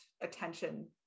attention